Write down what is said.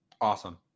Awesome